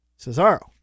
Cesaro